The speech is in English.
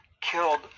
killed